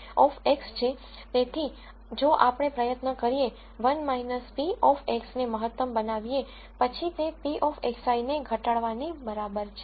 તેથી જો આપણે પ્રયત્ન કરીએ 1 - p of x ને મહત્તમ બનાવીએ પછી તે p of xi ને ઘટાડવાની બરાબર છે